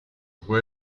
può